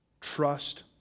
Trust